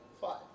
Five